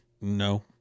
No